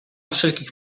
wszelkich